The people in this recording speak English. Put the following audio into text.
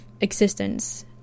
existence